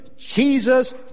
Jesus